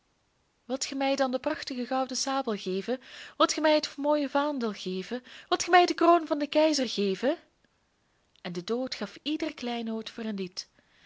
wilt ge mij dan de prachtige gouden sabel geven wilt ge mij het mooie vaandel geven wilt ge mij de kroon van den keizer geven en de dood gaf ieder kleinood voor een lied